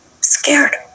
scared